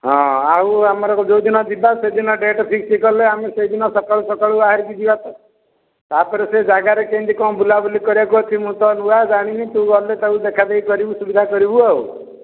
ହଁ ଆଉ ଆମର ଯେଉଁଦିନ ଯିବା ସେଦିନ ଡେଟ୍ ଫିକ୍ସ କଲେ ଆମେ ସେହିଦିନ ସକାଳୁ ସକାଳୁ ବାହରିକି ଯିବା ତ ତା'ପରେ ସେ ଯାଗାରେ କେମିତି କ'ଣ ବୁଲାବୁଲି କରିବାକୁ ଅଛି ମୁଁ ତ ନୂଆ ଜାଣିନି ତୁ ଗଲେ ତାକୁ ଦେଖାଦେଖି କରିବୁ ସୁବିଧା କରିବୁ ଆଉ